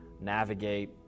navigate